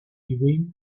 urim